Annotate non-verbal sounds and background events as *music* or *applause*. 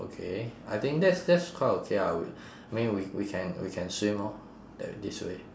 okay I think that's that's quite okay ah *breath* I mean we we can we can swim lor that this way